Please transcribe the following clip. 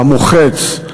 המוחץ,